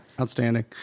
outstanding